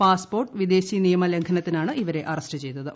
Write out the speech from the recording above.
passport വിദേശി നിയമ ലംഘനത്തിനാണ് ഇവരെ അറസ്റ്റ് ചെയ്തത്